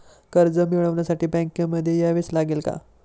कर्ज मिळवण्यासाठी बँकेमध्ये यावेच लागेल का?